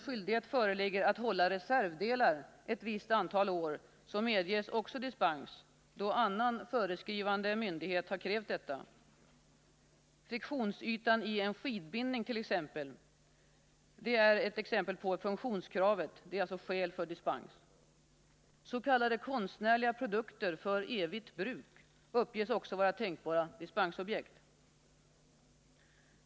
skyldighet föreligger att hålla reservdelar ett visst antal år, så medges dispens då annan myndighet har föreskrivit denna skyldighet. Friktionsytan i en skidbindning är ett exempel på hur funktionskravet är skäl för dispens. S. k. konstnärliga produkter för ”evigt” bruk uppges också vara tänkbara dispensobjekt.